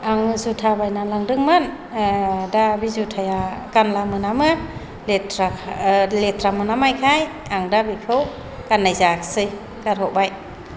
आं जुथा बायना लांदोंमोन दा बे जुथाया गानब्ला मोनामो लेथ्रा लेथ्रा मोनामनायखाय आं दा बेखौ गाननाय जायाखिसै गारहरबाय